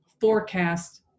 forecast